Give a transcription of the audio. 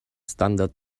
standard